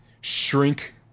shrink